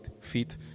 feet